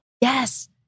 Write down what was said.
Yes